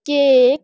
cake